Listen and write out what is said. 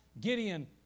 Gideon